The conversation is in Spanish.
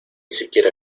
siquiera